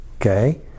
Okay